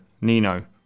Nino